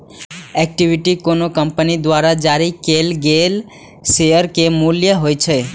equity कोनो company द्वारा जारी कैल गेल शेयर के मूल्य होइ छै